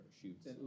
shoots